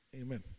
amen